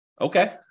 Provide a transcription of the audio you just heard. Okay